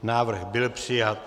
Návrh byl přijat.